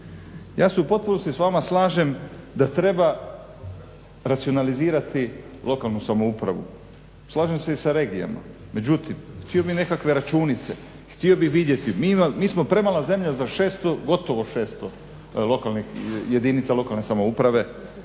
Ja se u potpunosti s vama slažem da treba racionalizirati lokalnu samoupravu, slažem se i sa regijama, međutim htio bih nekakve računice, htio bih vidjeti. Mi smo premala zemlja za gotovo 600 jedinica lokalne samouprave,